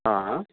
आं